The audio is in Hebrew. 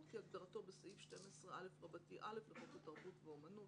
כהגדרתו בסעיף 12א(א) לחוק התרבות והאמנות,